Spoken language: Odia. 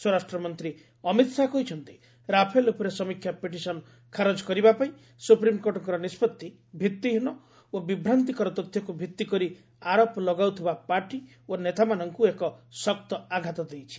ସ୍ୱରାଷ୍ଟ୍ରମନ୍ତ୍ରୀ ଅମିତ ଶାହା କହିଛନ୍ତି ରାଫେଲ ଉପରେ ସମୀକ୍ଷା ପିଟିସନ୍ ଖାରଜ କରିବା ପାଇଁ ସୁପ୍ରିମ୍କୋର୍ଟଙ୍କ ନିଷ୍କଭି ଭିତ୍ତିହୀନ ଓ ବିଭ୍ରାନ୍ତିକର ତଥ୍ୟକୁ ଭିତ୍ତିକରି ଆରୋପ ଲଗାଉଥିବା ପାର୍ଟି ଓ ନେତାମାନଙ୍କୁ ଏକ ଶକ୍ତ ଆଘାତ ଦେଇଛି